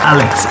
Alex